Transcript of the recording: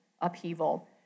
upheaval